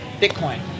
Bitcoin